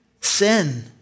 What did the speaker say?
sin